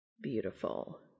Beautiful